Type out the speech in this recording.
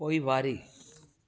पोइवारी